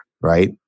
right